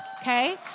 Okay